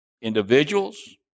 Individuals